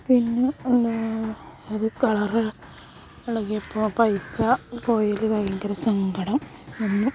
പിന്നെ അത് കളർ ഇളകിയപ്പോൾ ആ പൈസ പോയതിൽ ഭയങ്കര സങ്കടം വന്നു